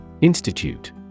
Institute